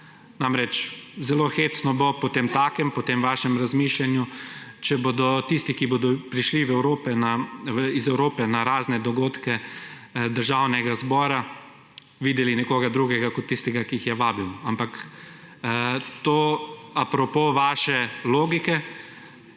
Namreč zelo hecno bo potemtakem, po tem vašem razmišljanju, če bodo tisti, ki bodo prišli iz Evrope na razne dogodke Državnega zbora, videli nekoga drugega kot tistega, ki jih je vabil, ampak to a propo vaše logike